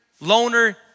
Loner